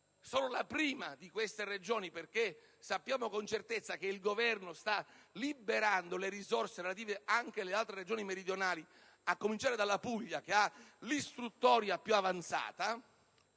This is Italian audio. solo la prima di queste Regioni, perché sappiamo con certezza che il Governo sta liberando le risorse relative anche alle altre Regioni meridionali, a cominciare dalla Puglia, che ha l'istruttoria più avanzata